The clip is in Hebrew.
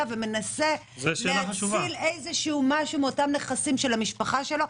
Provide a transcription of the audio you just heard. ומנסה להציל משהו מאותם נכסים של משפחתו.